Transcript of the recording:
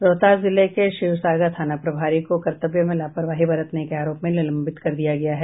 रोहतास जिले के शिवसागर थाना प्रभारी को कर्तव्य में लापरवाही बरतने के आरोप में निलंबित कर दिया गया है